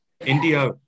India